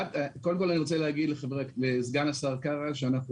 אני רוצה לומר לסגן השר קארה שאנחנו